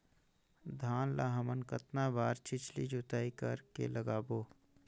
धान ला हमन कतना बार छिछली जोताई कर के लगाबो?